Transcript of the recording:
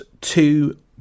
two